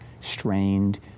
strained